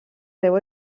déu